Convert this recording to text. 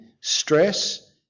stress